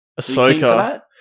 Ahsoka